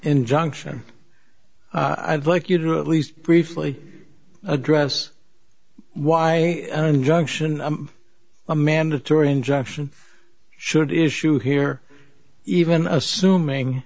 injunction i'd like you to at least briefly address why an injunction a mandatory injunction should issue here even assuming